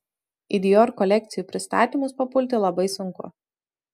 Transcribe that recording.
į dior kolekcijų pristatymus papulti labai sunku